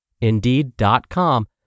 indeed.com